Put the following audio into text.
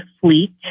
fleet